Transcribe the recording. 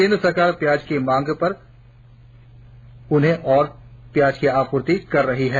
केंद्र सरकार राज्यों की मांग पर उन्हें भी प्याज की आप्रर्ति कर रही है